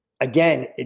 Again